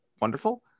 wonderful